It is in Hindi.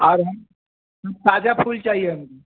आ रहे हैं हाँ ताज़ा फूल चाहिए हम